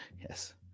yes